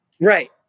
Right